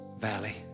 valley